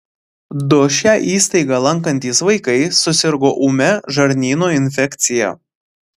du šią įstaigą lankantys vaikai susirgo ūmia žarnyno infekcija